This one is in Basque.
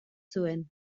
zuen